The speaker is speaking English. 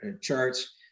charts